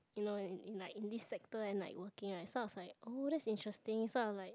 you know in in like in this sector and like working right so I was like oh that's interesting so I'm like